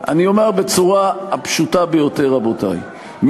את מקומות העבודה של הציבור שאתה